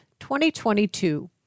2022